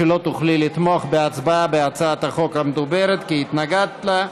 שלא תוכלי לתמוך בהצבעה בהצעת החוק המדוברת כי התנגדת לה.